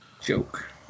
joke